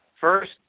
first